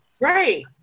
Right